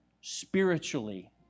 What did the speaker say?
spiritually